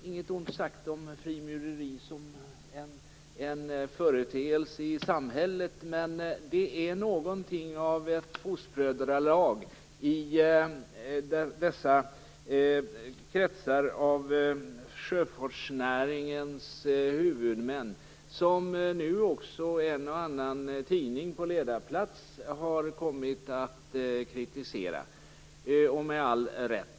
Inget ont sagt om frimureri som en företeelse i samhället, men det är någonting av ett fostbrödralag i dessa kretsar av sjöfartsnäringens huvudmän. En och annan tidning har nu också på ledarplats kommit att kritisera det - med all rätt.